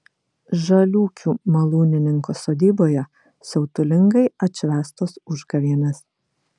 žaliūkių malūnininko sodyboje siautulingai atšvęstos užgavėnės